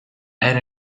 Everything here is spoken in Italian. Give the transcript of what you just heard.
era